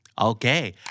Okay